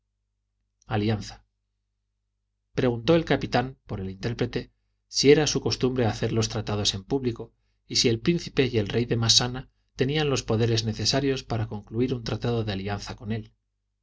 preguntó el capitán por el intérprete si era su costumbre hacer los tratados en público y si el príncipe y el rey de massana tenían los poderes necesarios para concluir un tratado de alianza con él